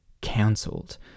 cancelled